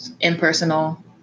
impersonal